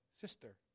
sister